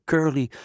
Curly